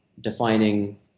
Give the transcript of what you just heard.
defining